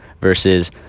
versus